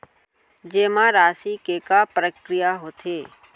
जेमा राशि के का प्रक्रिया होथे?